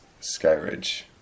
skyridge